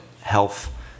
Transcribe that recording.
health